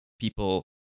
people